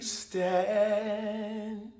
stand